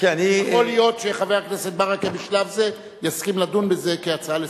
יכול להיות שחבר הכנסת ברכה בשלב זה יסכים לדון בזה כהצעה לסדר-היום,